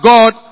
God